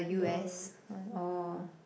no